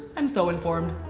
i'm so informed.